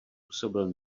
působil